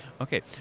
Okay